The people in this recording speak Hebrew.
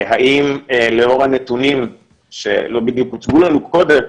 שירצחו את הנשים שלהם, שילכו לפגוע באנשים אחרים.